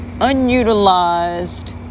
Unutilized